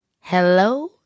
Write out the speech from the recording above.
Hello